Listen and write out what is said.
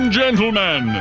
gentlemen